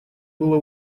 было